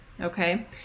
Okay